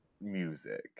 music